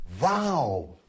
Wow